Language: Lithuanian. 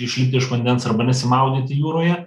išlipt iš vandens arba nesimaudyti jūroje